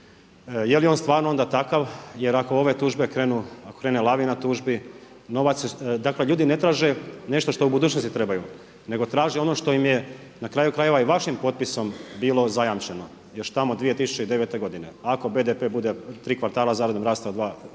je li on stvarno onda takav, jer ako ove tužbe krenu, ako krene lavina tužbi, dakle ljudi ne traže nešto što u budućnosti trebaju, nego traže ono što im je na kraju krajeva i vašim potpisom bilo zajamčeno još tamo 2009. godine. Ako BDP bude tri kvartala za redom rastao